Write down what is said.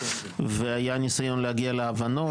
והיה ניסיון להגיע להבנות,